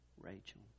Rachel